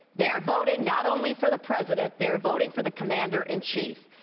they are voting not only for the president, they are voting for the commander-in chief.